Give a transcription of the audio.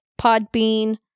Podbean